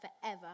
forever